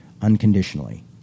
unconditionally